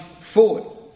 forward